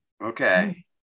Okay